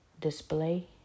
display